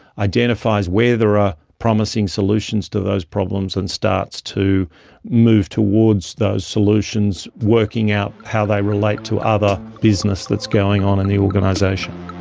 identifies where there are promising solutions to those problems and starts to move towards those solutions, working out how they relate to other business that's going on in the organisation.